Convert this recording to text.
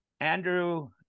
andrew